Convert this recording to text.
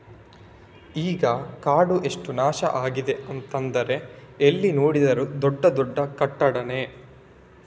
ಈಗ ಕಾಡು ಎಷ್ಟು ನಾಶ ಆಗಿದೆ ಅಂತಂದ್ರೆ ಎಲ್ಲಿ ನೋಡಿದ್ರೂ ದೊಡ್ಡ ದೊಡ್ಡ ಕಟ್ಟಡಾನೇ